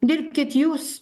dirbkit jūs